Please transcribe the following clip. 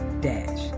Dash